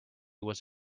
was